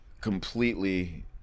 completely